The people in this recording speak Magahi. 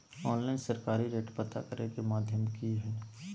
ऑनलाइन सरकारी रेट पता करे के माध्यम की हय?